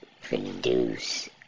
produce